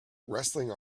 wrestling